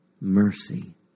Mercy